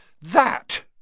That